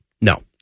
No